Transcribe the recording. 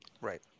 Right